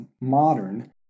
modern